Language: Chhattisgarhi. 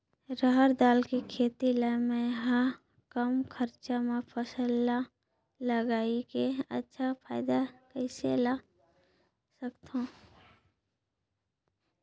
रहर दाल के खेती ला मै ह कम खरचा मा फसल ला लगई के अच्छा फायदा कइसे ला सकथव?